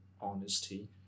honesty